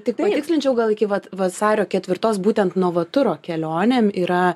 tiktai tikslinčiau gal iki vat vasario ketvirtos būtent novaturo kelionėm yra